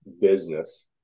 business